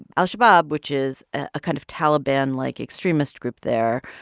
al-shabab, which is a kind of taliban-like extremist group there,